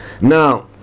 Now